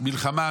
המלחמה,